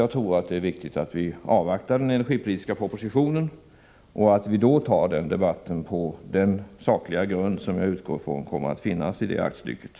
Jag tror nämligen att det är viktigt att avvakta den energipolitiska propositionen och då ta debatten, på den sakliga grund som jag utgår från kommer att finnas i det aktstycket.